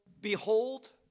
behold